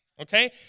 okay